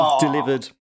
delivered